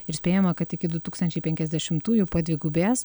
ir spėjama kad iki du tūkstančiai penkiasdešimtųjų padvigubės